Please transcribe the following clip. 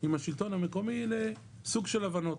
עם השלטון המקומי לסוג של הבנות